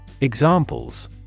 Examples